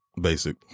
Basic